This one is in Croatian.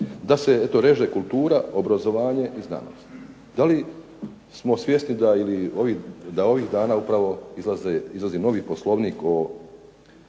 da se eto reže kultura, obrazovanje i znanost. Da li smo svjesni da ili, da ovih dana upravo izlazi novi poslovnik o